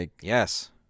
Yes